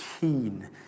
keen